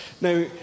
Now